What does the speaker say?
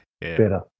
better